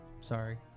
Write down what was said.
Sorry